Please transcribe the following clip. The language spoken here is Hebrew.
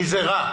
כי זה רע.